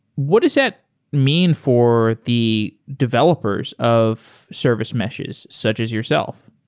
what does that mean for the developers of service meshes such as yourself?